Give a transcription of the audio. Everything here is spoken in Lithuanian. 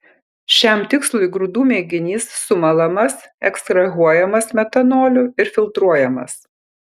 šiam tikslui grūdų mėginys sumalamas ekstrahuojamas metanoliu ir filtruojamas